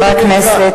חבר הכנסת